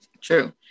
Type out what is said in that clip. True